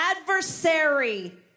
adversary